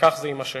וכך זה יימשך.